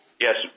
Yes